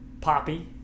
Poppy